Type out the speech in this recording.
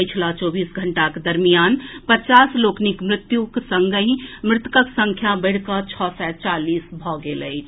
पछिला चौबीस घंटाक दरमियान पचास लोकनिक मृत्युक संगहि मृतकक संख्या बढ़िकऽ छओ सय चालीस भऽ गेल अछि